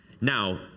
Now